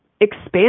expand